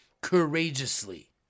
courageously